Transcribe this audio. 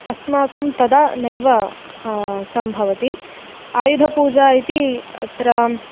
अस्माकं तदा नैव सम्भवति आयुधपूजा इति अत्र